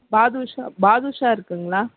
பாதுஷா பாதுஷா இருக்குதுங்களா